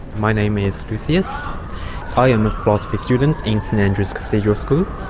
my name is lucius. i am a philosophy student in st. andrew's cathedral school.